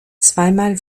zweimal